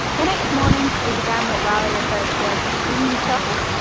the next morning, we began what riley refers to as the bimini shuffle,